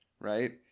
right